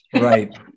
right